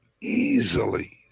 easily